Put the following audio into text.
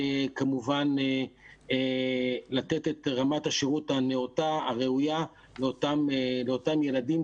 כמובן לתת את רמת השירות הנאותה והראויה לאותם ילדים,